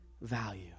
value